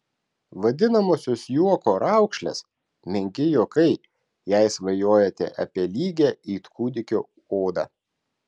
vadinamosios juoko raukšlės menki juokai jei svajojate apie lygią it kūdikio odą